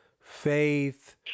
Faith